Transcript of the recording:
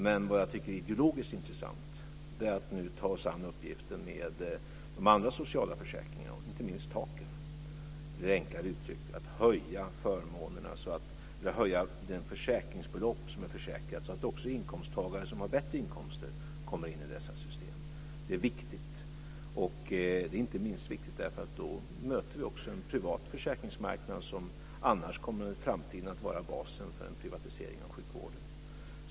Men vad jag tycker är ideologiskt intressant är att nu ta oss an uppgiften med de andra sociala försäkringarna. Det gäller inte minst taken. Enklare uttryckt gäller det att höja det försäkringsbelopp som är försäkrat så att också inkomsttagare som har bättre inkomster kommer in i dessa system. Det är viktigt. Det är inte minst viktigt för att vi då också möter en privat försäkringsmarknad som annars i framtiden kommer att vara basen för en privatisering av sjukvården.